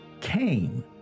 came